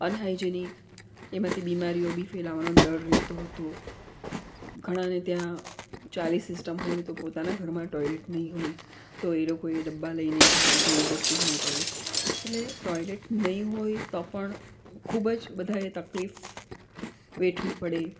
unhygienic એમાંથી બીમારીઓ બી ફેલાવાનો ડર રહેતો હતો ઘણાને ત્યાં ચાલી સિસ્ટમ હોય તો પોતાના ઘરમાં ટોયલેટ નઈ હોય તો એ લોકોએ ડબ્બા લઈને જવું પડતું હતું ટોયલેટ એટલે ટોઇલેટ નહીં હોય તો પણ ખૂબ જ બધાએ તકલીફ વેઠવી પડે